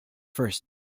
first